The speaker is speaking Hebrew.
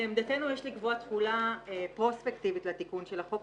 לעמדתנו יש לקבוע תחולה פוסט-אקטיבית לתיקון של החוק,